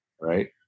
right